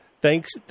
Thanks